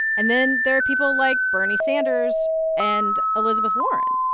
and then there are people like bernie sanders and elizabeth warren.